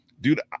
Dude